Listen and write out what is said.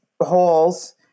halls